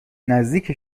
نزدیک